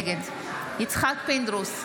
נגד יצחק פינדרוס,